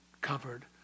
covered